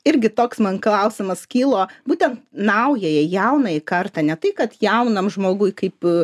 irgi toks man klausimas kilo būtent naująją jaunąjį kartą ne tai kad jaunam žmogui kaip